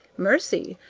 mercy!